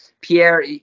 Pierre